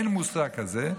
אין מושג כזה.